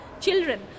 children